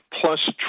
plus